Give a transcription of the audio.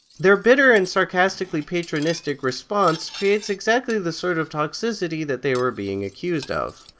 their bitter and sarcastically patronistic response created exactly the sort of toxicity that they were being accused of.